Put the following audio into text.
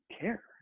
care